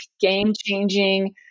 game-changing